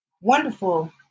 wonderful